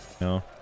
No